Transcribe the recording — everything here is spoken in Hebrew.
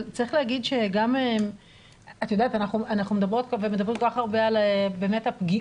אנחנו מדברות ומדברים כל כך הרבה על הפגיעות